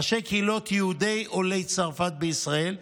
ראשי קהילות יהודי עולי צרפת בישראל,